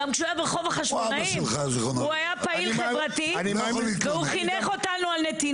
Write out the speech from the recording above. גם כשהוא היה ברחוב החשמונאים הוא היה פעיל חברתי והוא חינך אותנו